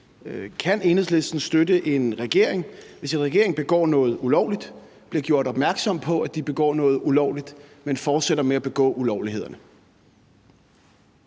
Kan Enhedslisten støtte en regering, hvis en regering begår noget ulovligt, bliver gjort opmærksom på, at den begår noget alvorligt, men fortsætter med at begå ulovlighederne?